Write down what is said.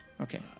Okay